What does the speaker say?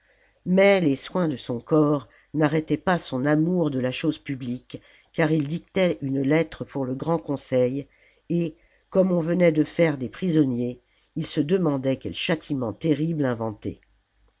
mais les soins de son corps n'arrêtaient pas son amour de la chose publique car il dictait une lettre pour le grand conseil et comme on venait de faire des prisonniers il se demandait quel châtiment terrible